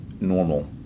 normal